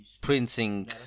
printing